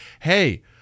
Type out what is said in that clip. hey